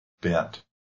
bent